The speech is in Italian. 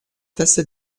test